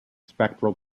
spectral